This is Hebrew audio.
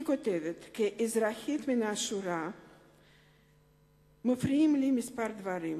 היא כותבת: כאזרחית מן השורה מפריעים לי כמה דברים,